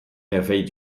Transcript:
merveilles